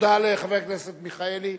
תודה רבה לחבר הכנסת מיכאלי.